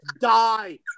die